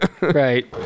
Right